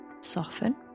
soften